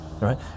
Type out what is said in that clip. Right